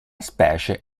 specie